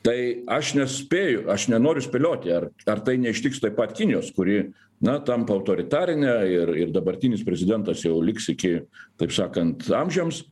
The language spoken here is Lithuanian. tai aš nespėju aš nenoriu spėlioti ar ar tai neištiks taip pat kinijos kuri na tampa autoritarine ir ir dabartinis prezidentas jau liks iki taip sakant amžiams